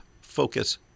Focus